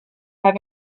have